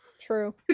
True